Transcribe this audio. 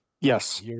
Yes